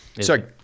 Sorry